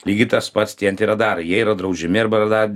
lygiai tas pats tie antiradarai jie yra draudžiami arba radad